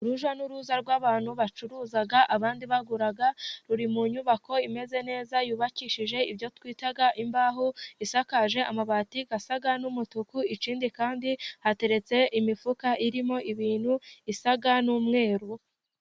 Urujya n'uruza rw'abantu bacuruza abandi bagura, ruri mu nyubako imeze neza, yubakishije ibyo twita imbaho, isakaje amabati asa n'umutuku, ikindi kandi hateretse imifuka irimo ibintu bisa n'umweru.